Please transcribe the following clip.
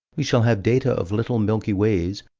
we shall have data of little milky ways,